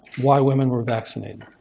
why women were vaccinated,